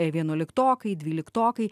vienuoliktokai dvyliktokai